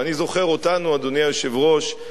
ואני זוכר אותנו, אדוני היושב-ראש,